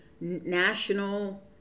National